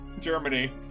Germany